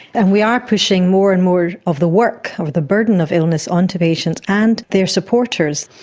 and we are pushing more and more of the work, of the burden of illness onto patients and their supporters.